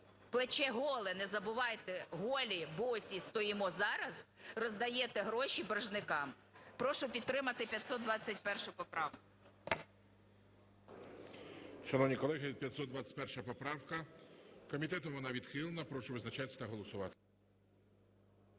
плече голе, не забувайте, голі, босі стоїмо зараз, роздаєте гроші боржникам. Прошу підтримати 521 поправку. ГОЛОВУЮЧИЙ. Шановні колеги, 521 поправка. Комітетом вона відхилена. Прошу визначатись та голосувати.